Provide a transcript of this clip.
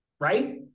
right